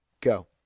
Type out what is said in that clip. go